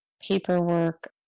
paperwork